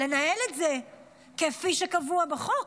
לנהל את זה כפי שקבוע בחוק,